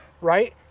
right